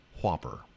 Whopper